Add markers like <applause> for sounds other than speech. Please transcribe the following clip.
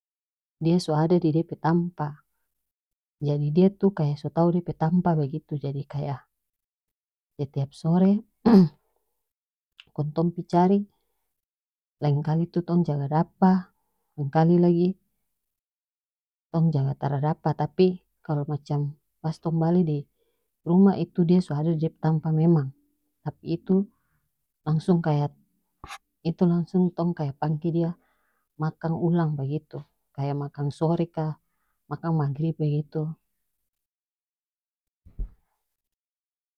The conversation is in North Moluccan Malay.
Dia so ada di dia pe tampa jadi dia tu kaya so tau dia pe tampa bagitu jadi kaya setiap sore <noise> kong tong pi cari laengkali tu tong jaga dapa laengkali lagi tong jaga tara dapa tapi kalo macam pas tong bale di rumah itu dia so ada di dia pe tampa memang tapi itu langsung kaya <noise> itu langsung tong kaya pangge dia makang ulang bagitu kaya makang sore ka makang maghrib bagitu. <noise>